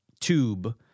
tube